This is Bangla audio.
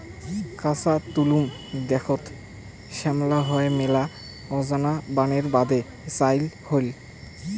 কাঁচা তলমু দ্যাখ্যাত শ্যামলা হই মেলা আনজা বানের বাদে চইল হই